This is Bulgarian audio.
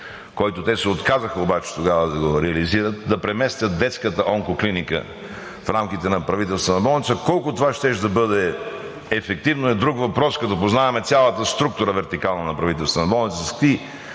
който те се отказаха обаче тогава да го реализират, да преместят детската онкоклиника в рамките на Правителствена болница. Колко това щеше да бъде ефективно, е друг въпрос, като познаваме цялата вертикална структура на Правителствена болница